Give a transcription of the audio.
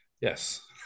Yes